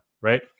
right